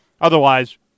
Otherwise